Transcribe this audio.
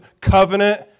covenant